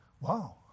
wow